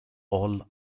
all